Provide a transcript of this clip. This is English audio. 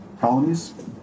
colonies